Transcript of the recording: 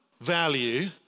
value